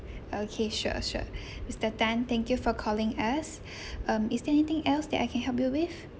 okay sure sure mister Tan thank you for calling us um is there anything else that I can help you with